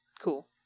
cool